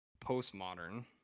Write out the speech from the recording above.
postmodern